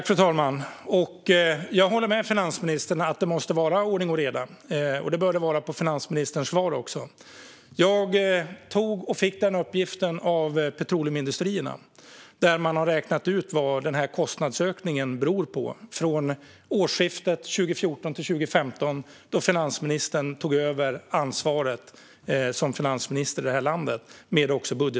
Fru talman! Jag håller med finansministern om att det måste vara ordning och reda. Det bör det vara på finansministerns svar också. Jag fick denna uppgift av petroleumindustrierna, där man räknat ut vad kostnadsökningen beror på från årsskiftet 2014-2015, då Magdalena Andersson tog över budgetansvaret som finansminister i det här landet.